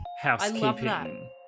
housekeeping